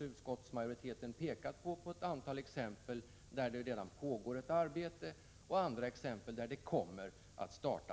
Utskottsmajoriteten har också pekat på ett antal exempel där det redan pågår ett arbete och på andra exempel där arbete kommer att starta.